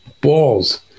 balls